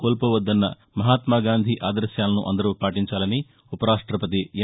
కోల్పోవద్దన్న మహాత్మా గాంధీ ఆదర్భాలను అందరూ పాటించాలని ఉపరాష్టపతి ఎం